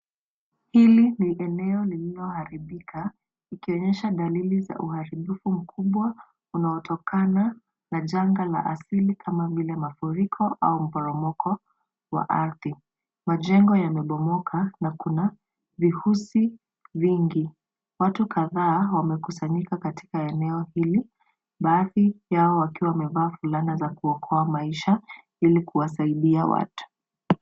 Hili ni eneo lililoharibika likionyesha dalili za uharibifu mkubwa unaotokana na janga la asili kama vile mafuriko au mporomoko wa ardhi. Majengo yanabomoka na kuna vifusi vingi. Watu kadhaa wamekusanyika katika eneo hili, baadhi yao wakiwa wamevaa fulana za kuokoa maisha ili kuwasaidia watu.